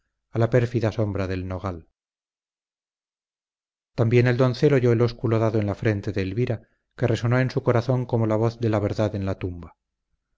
a la pérfida sombra del nogal también el doncel oyó el ósculo dado en la frente de elvira que resonó en su corazón como la voz de la verdad en la tumba